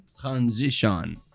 transition